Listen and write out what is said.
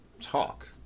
talk